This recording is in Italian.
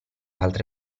altre